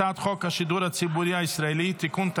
הצעת חוק השידור הציבורי הישראלי (תיקון,